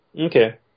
Okay